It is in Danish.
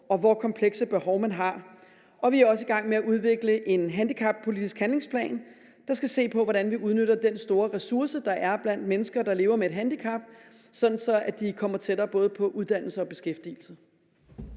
og hvor komplekse behov man har. Vi er også i gang med at udvikle en handicappolitisk handlingsplan, der skal se på, hvordan vi udnytter den store ressource, der er blandt mennesker, der lever med et handicap, sådan at de kommer tættere på både uddannelse og beskæftigelse.